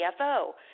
CFO